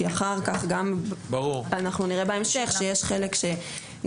כי אחר כך גם אנחנו נראה בהמשך שיש חלק שגופים